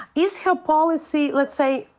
is her policy, let's say,